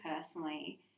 personally